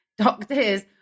doctors